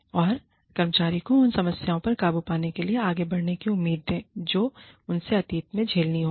और कर्मचारी को उन समस्याओं पर काबू पाने के लिए आगे बढ़ने की उम्मीद दें जो उसने अतीत में झेली होंगी